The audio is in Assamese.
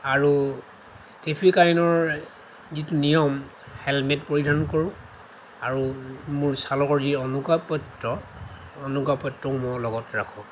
আৰু ট্ৰেফিক আইনৰ যিটো নিয়ম হেলমেট পৰিধান কৰোঁ আৰু মোৰ চালকৰ যি অনুজ্ঞাপত্ৰ অনুজ্ঞাপত্ৰও মই লগত ৰাখোঁ